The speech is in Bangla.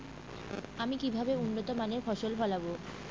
আমি কিভাবে উন্নত মানের ফসল ফলাবো?